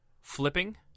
flipping